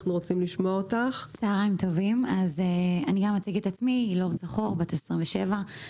אני אילור צחור, בת 27,